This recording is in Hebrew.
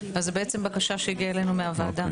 זו בקשה שהגיעה אלינו מהוועדה.